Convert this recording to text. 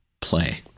play